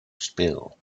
spill